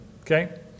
Okay